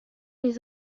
les